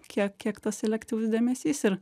kiek kiek tas selektyvus dėmesys ir